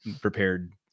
prepared